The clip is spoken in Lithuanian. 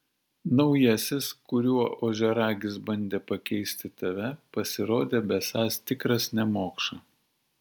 naujasis kuriuo ožiaragis bandė pakeisti tave pasirodė besąs tikras nemokša